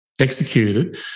executed